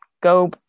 go